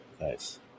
Nice